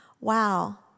wow